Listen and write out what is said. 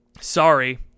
sorry